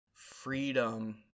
Freedom